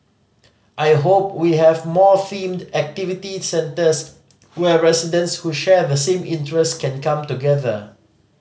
I hope we have more themed activity centres where residents who share the same interest can come together